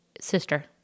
Sister